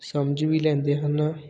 ਸਮਝ ਵੀ ਲੈਂਦੇ ਹਨ